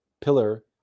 pillar